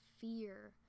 fear